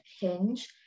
Hinge